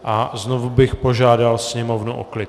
A znovu bych požádal sněmovnu o klid.